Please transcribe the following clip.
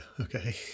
Okay